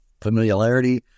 familiarity